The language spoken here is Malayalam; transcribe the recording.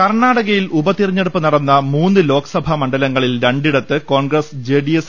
കർണാടകയിൽ ഉപതെരഞ്ഞെടുപ്പ് നടന്ന മൂന്ന് ലോക്സഭാ മണ്ഡല ങ്ങളിൽ രണ്ടിടത്ത് കോൺഗ്രസ് ജെഡിഎസ്